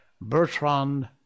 Bertrand